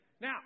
Now